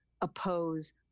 oppose